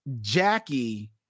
Jackie